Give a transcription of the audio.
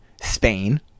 Spain